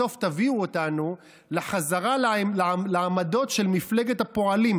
בסוף תביאו אותנו לחזרה לעמדות של מפלגת הפועלים,